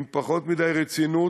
עם פחות מדי רצינות,